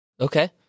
okay